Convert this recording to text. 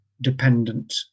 dependent